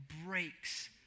breaks